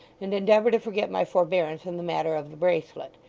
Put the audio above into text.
and endeavour to forget my forbearance in the matter of the bracelet.